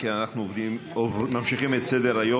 אם כן, אנחנו ממשיכים את סדר-היום.